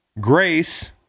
Grace